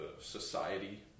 society